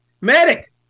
Medic